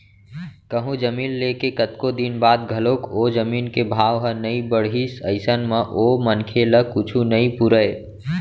कहूँ जमीन ले के कतको दिन बाद घलोक ओ जमीन के भाव ह नइ बड़हिस अइसन म ओ मनखे ल कुछु नइ पुरय